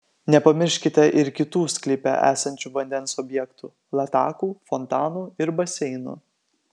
nepamirškite ir kitų sklype esančių vandens objektų latakų fontanų ir baseinų